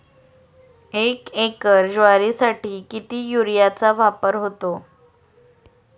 एक एकर ज्वारीसाठी किती युरियाचा वापर होतो?